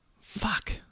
Fuck